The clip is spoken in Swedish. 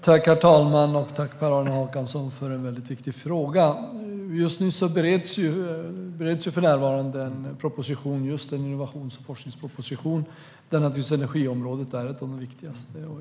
Herr talman! Tack, Per-Arne Håkansson, för en väldigt viktig fråga! För närvarande bereds just en innovations och forskningsproposition där naturligtvis energiområdet är ett av de viktigaste.